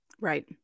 Right